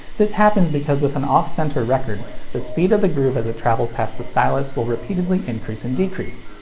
this happens because with an off-center record, the speed of the groove as it travels past the stylus will repeatedly increase and decrease.